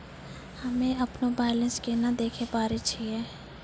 हम्मे अपनो बैलेंस केना देखे पारे छियै?